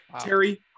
Terry